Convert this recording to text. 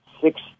six